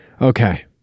okay